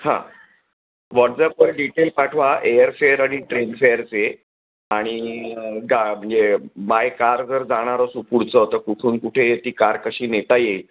हां व्हॉट्सअपवर डिटेल पाठवा एअरफेअर आणि ट्रेनफेअरचे आणि गा म्हणजे बाय कार जर जाणार असू पुढचं तर कुठून कुठे ती कार कशी नेता येईल